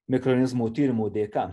mirkroorganizmų tyrimų dėka